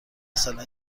مثلا